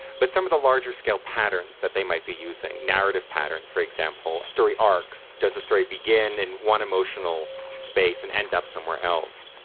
but some of the larger-scale patterns that they might be using, narrative patterns, for example, story arcs does the story begin in one emotional space and end up somewhere else?